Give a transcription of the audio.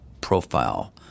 profile